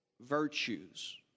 virtues